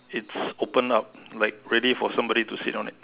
it's open up like ready for somebody to sit down there